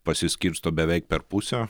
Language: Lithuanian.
pasiskirsto beveik per pusę